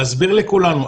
להסביר לכולם.